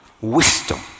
wisdom